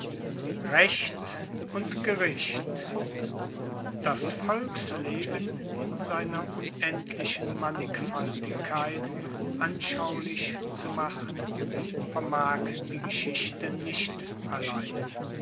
recht und gericht das volksleben in seiner unendlichen mannigfaltigkeit anschaulich zu machen vermag die geschichte nicht allein